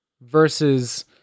versus